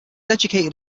educated